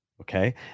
Okay